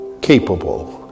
capable